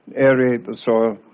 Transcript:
aerate the soil.